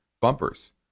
bumpers